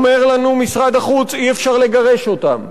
אומר לנו משרד החוץ: אי-אפשר לגרש אותם.